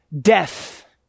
death